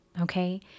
Okay